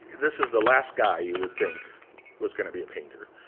this is the last guy you would think was going to be a painter.